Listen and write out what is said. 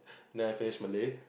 then I finish Malay